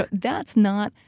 but that's not.